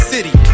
City